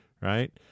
right